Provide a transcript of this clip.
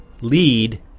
lead